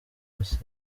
dosiye